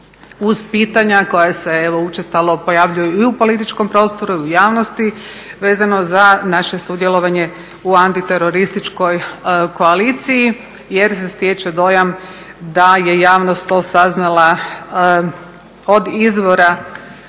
uz pitanja koja se evo učestalo pojavljuju i u političkom prostoru i u javnosti vezano za naše sudjelovanje u antiterorističkoj koaliciji jer se stječe dojam da je javnost to saznala od izvora